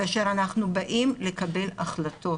כאשר אנחנו באים לקבל החלטות